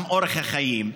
גם אורח החיים,